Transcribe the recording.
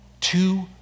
two